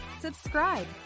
subscribe